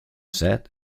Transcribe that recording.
set